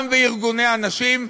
גם בארגוני הנשים,